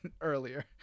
earlier